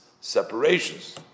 separations